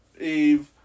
Eve